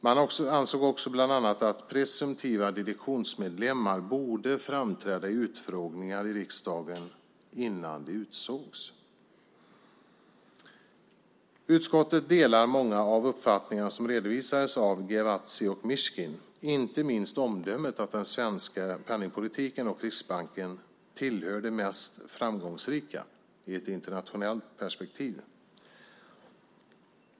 Man ansåg också bland annat att presumtiva direktionsmedlemmar borde framträda i utfrågningar i riksdagen innan de utsågs. Utskottet delar många av uppfattningarna som redovisades av Giavazzi och Mishkin. Det gäller inte minst omdömet att den svenska penningpolitiken och Riksbanken tillhör de mest framgångsrika i ett internationellt perspektiv.